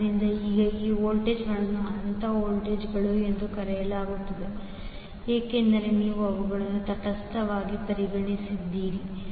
ಆದ್ದರಿಂದ ಈಗ ಈ ವೋಲ್ಟೇಜ್ಗಳನ್ನು ಹಂತ ವೋಲ್ಟೇಜ್ಗಳು ಎಂದು ಕರೆಯಲಾಗುತ್ತದೆ ಏಕೆಂದರೆ ನೀವು ಅವುಗಳನ್ನು ತಟಸ್ಥವಾಗಿ ಪರಿಗಣಿಸಿದ್ದೀರಿ